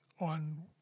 On